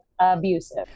abusive